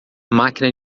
máquina